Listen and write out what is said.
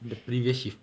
the previous shift